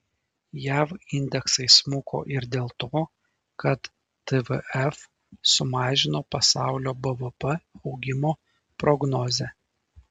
jav indeksai smuko ir dėl to kad tvf sumažino pasaulio bvp augimo prognozę